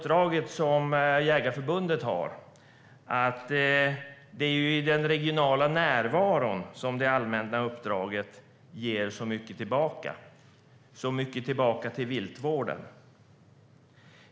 Det är i den regionala närvaron som det allmänna uppdrag som Jägareförbundet har ger så mycket tillbaka till viltvården.